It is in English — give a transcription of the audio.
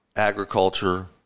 agriculture